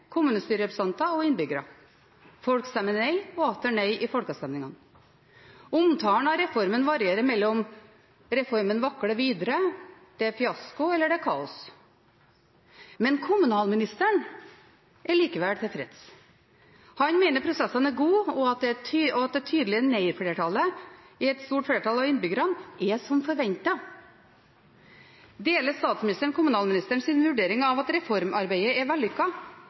kommunestyrerepresentanter og innbyggere. Folk stemmer nei og atter nei i folkeavstemninger. Omtalen av reformen varierer mellom «reformen vakler videre», «det er fiasko» eller «det er kaos». Men kommunalministeren er likevel tilfreds. Han mener prosessene er gode og at det tydelige nei-flertallet i et stort flertall av kommunene er som forventet. Deler statsministeren kommunalministerens vurdering av at reformarbeidet er